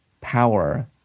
power